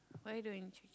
why don't you